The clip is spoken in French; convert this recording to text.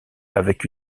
avec